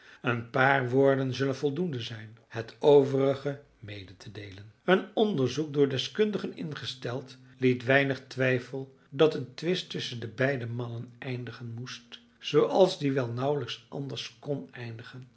een paar woorden zullen voldoende zijn het overige mede te deelen een onderzoek door deskundigen ingesteld liet weinig twijfel dat een twist tusschen de beide mannen eindigen moest zooals die wel nauwelijks anders kon eindigen